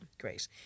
Great